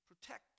Protect